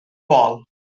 bol